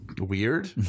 weird